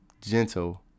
gentle